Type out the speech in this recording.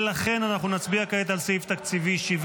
ולכן אנחנו נצביע כעת על סעיף תקציבי 70,